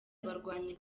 abarwanyi